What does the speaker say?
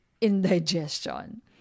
indigestion